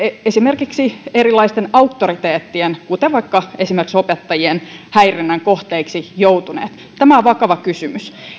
esimerkiksi erilaisten auktoriteettien kuten vaikka esimerkiksi opettajien häirinnän kohteiksi joutuneet tämä on vakava kysymys